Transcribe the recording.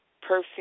perfume